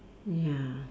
ya